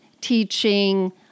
teaching